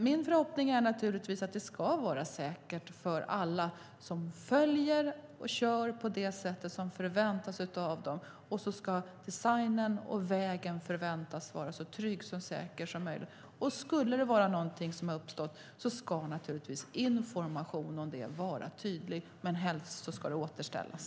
Min förhoppning är naturligtvis att det ska vara säkert på vägen för alla som följer regler och kör på det sätt som förväntas av dem, och så ska designen och vägen vara så trygg och säker som möjligt. Och uppstår något fel ska naturligtvis informationen om det vara tydlig, men helst ska det åtgärdas.